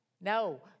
No